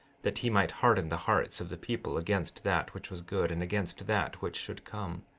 that he might harden the hearts of the people against that which was good and against that which should come.